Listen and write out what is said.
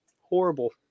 horrible